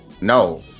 No